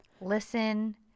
listen